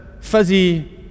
fuzzy